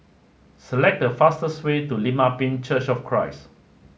select the fastest way to Lim Ah Pin Church of Christ